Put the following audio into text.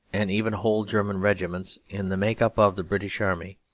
and even whole german regiments, in the make-up of the british army,